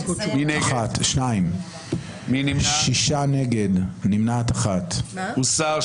הצבעה לא אושרה הוסרה.